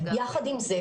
יחד עם זאת,